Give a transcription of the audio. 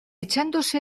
echándose